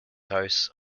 house